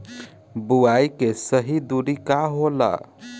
बुआई के सही दूरी का होला?